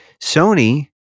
Sony